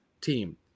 team